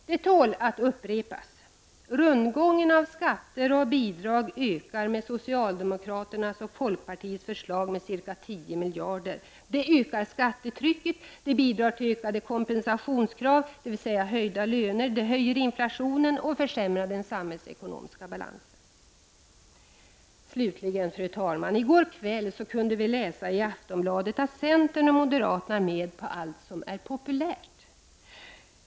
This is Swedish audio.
Det tål att upprepas: Rundgången av skatter och bidrag ökar genom socialdemokraternas och folkpartiets förslag med ca 10 miljarder kronor. Det ökar skattetrycket. Det bidrar till ökade kompensationskrav, dvs. höjda löner. Det höjer inflationen och försämrar den samhällsekonomiska balansen. Slutligen, fru talman, kunde vi i går kväll läsa i Aftonbladet att centern och moderaterna är med på allt som är populärt.